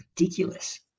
ridiculous